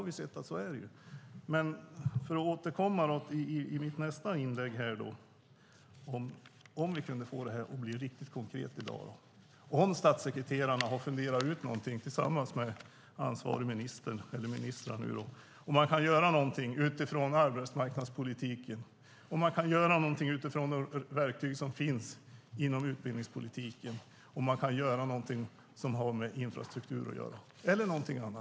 Vi har sett att det är så. Kan vi få det här att bli riktigt konkret i dag? Har statssekreterarna funderat ut någonting tillsammans med ansvariga ministrar? Kan man göra något med arbetsmarknadspolitiken, något med de verktyg som finns inom utbildningspolitiken, någonting som har med infrastruktur att göra eller någonting annat?